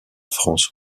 france